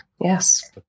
yes